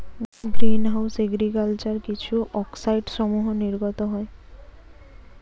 green house agriculture কিছু অক্সাইডসমূহ নির্গত হয়